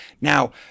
Now